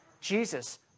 Jesus